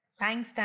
thanks